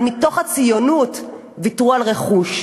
אבל מתוך הציונות הם ויתרו על רכוש,